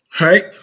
right